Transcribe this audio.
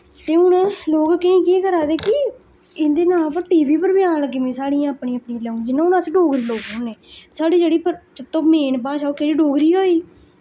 ते हुन लोक केंह् केंह् करा दे कि इं'दे नां पर टीवी पर वी आन लग्गी दियां साढ़ियां अपनी अपनी लाउ जि'यां हुन अस डोगरी लोक होने साढ़ी जेह्ड़ी पर मेन भाशा ओ डोगरी गै होई